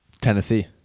Tennessee